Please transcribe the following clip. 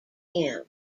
him